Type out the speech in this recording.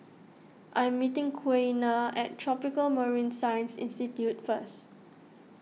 I'm meeting Quiana at Tropical Marine Science Institute first